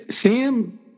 Sam